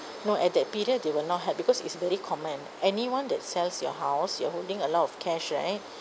no at that period they will not help because it's very common anyone that sells your house you're holding a lot of cash right